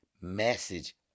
Message